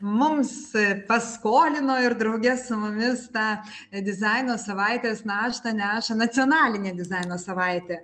mums paskolino ir drauge su mumis tą dizaino savaitės naštą neša nacionalinė dizaino savaitė